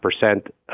percent